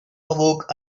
awoke